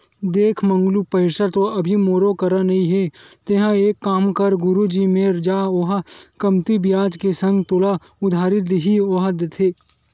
देख मंगलू पइसा तो अभी मोरो करा नइ हे तेंहा एक काम कर गुरुजी मेर जा ओहा कमती बियाज के संग तोला उधारी दिही ओहा देथे